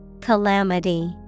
Calamity